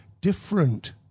different